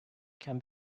can